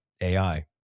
AI